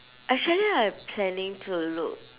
actually I planning to look